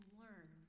learn